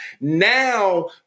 now